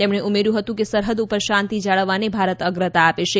તેમણે ઉમેર્યું હતું કે સરહદ ઉપર શાંતિ જાળવવાને ભારત અગ્રતા આપે છે